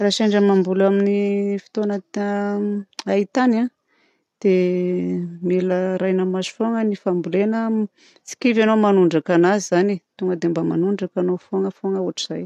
Raha sendra mamboly amin'ny fotoana hay tany a dia mila arahina maso foana ny fambolena. Tsy kivy ianao manondraka anazy zany e. Tonga dia mba manondraka ianao foagna foagna ohatran'izay.